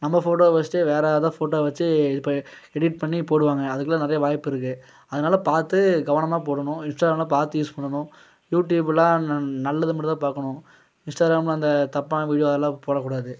நம்ம ஃபோட்டோ வச்சுட்டு வேற எதா ஃபோட்டோ வச்சு இப்ப எடிட் பண்ணி போடுவாங்க அதுக்கெலாம் நிறைய வாய்ப்பு இருக்குது அதனால பார்த்து கவனமாப் போடணும் இன்ஸ்டாகிராம்னா பார்த்து யூஸ் பண்ணணும் யூடியூப்லாம் ந நல்லது மட்டுந்தான் பார்க்கணும் இன்ஸ்டாகிராமில் அந்த தப்பான வீடியோ அதெல்லாம் போடக்கூடாது